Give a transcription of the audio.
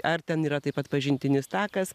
ar ten yra taip pat pažintinis takas